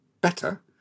better